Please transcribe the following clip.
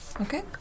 Okay